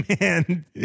man